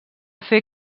fer